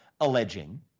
alleging